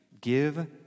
give